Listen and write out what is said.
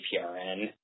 APRN